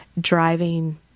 driving